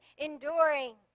enduring